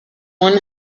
one